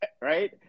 right